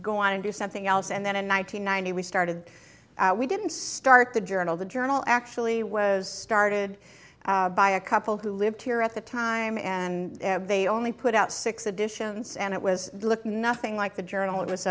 go on and do something else and then in one nine hundred ninety we started we didn't start the journal the journal actually was started by a couple who lived here at the time and they only put out six editions and it was looked nothing like the journal it w